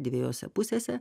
dviejose pusėse